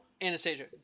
Anastasia